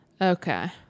Okay